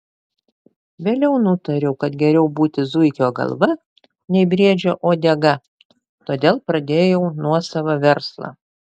vėliau nutariau kad geriau būti zuikio galva nei briedžio uodega todėl pradėjau nuosavą verslą